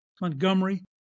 Montgomery